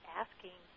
asking